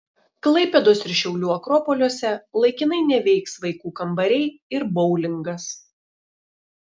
klaipėdos ir šiaulių akropoliuose laikinai neveiks vaikų kambariai ir boulingas